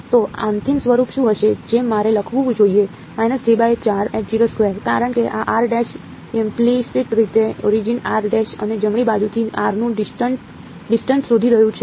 તો અંતિમ સ્વરૂપ શું હશે જે મારે લખવું જોઈએ કારણ કે આ ઇમ્પલીશિટ રીતે ઓરિજિન અને જમણી બાજુથી r નું ડિસ્ટન્સ શોધી રહ્યું છે